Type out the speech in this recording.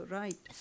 right